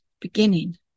beginning